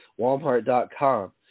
walmart.com